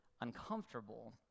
uncomfortable